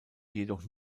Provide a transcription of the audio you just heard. jedoch